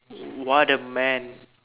what a man